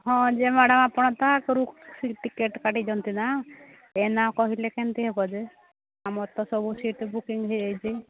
ହଁ ଯେ ମ୍ୟାଡମ୍ ଆପଣ ତା ଆଗରୁ ଟିକେଟ୍ କାଟିଛନ୍ତି ନା ଏନା କହିଲେ କେମିତି ହେବ ଯେ ଆମର ତ ସବୁ ସିଟ୍ ବୁକିଂ ହୋଇଯାଇଛି